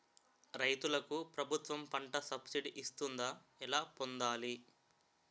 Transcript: రైతులకు ప్రభుత్వం పంట సబ్సిడీ ఇస్తుందా? ఎలా పొందాలి?